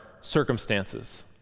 circumstances